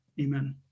Amen